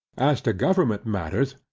as to government matters,